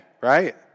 right